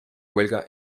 huelga